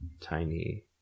tiny